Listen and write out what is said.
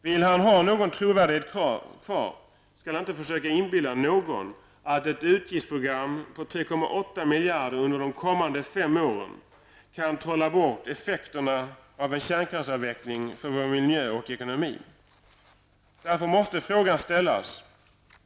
Vill han ha någon trovärdighet kvar, skall han inte försöka inbilla någon att ett utgiftsprogram på 3,8 miljarder kronor under de kommande fem åren kan trolla bort effekterna av en kärnkraftsavveckling för vår miljö och ekonomi.